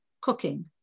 cooking